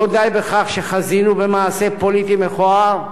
לא די בכך שחזינו במעשה פוליטי מכוער,